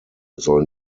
sollen